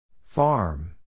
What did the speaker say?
Farm